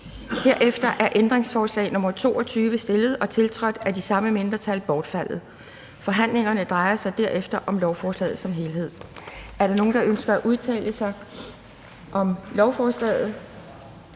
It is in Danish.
Herefter er ændringsforslag nr. 22, stillet og tiltrådt af det samme mindretal, bortfaldet. Kl. 11:00 Forhandling Anden næstformand (Pia Kjærsgaard): Forhandlingerne drejer sig derefter om lovforslaget som helhed. Er der nogen, der ønsker at udtale sig om lovforslaget?